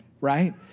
Right